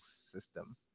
System